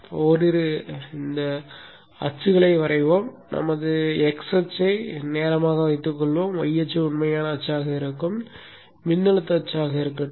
ஓரிரு அச்சுகளை வரைவோம் நமது x அச்சை நேரமாக வைத்துக்கொள்வோம் y அச்சு உண்மையான அச்சாக இருக்கும் மின்னழுத்த அச்சாக இருக்கட்டும்